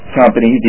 company